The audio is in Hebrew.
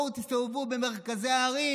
בואו תסתובבו במרכזי הערים,